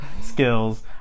skills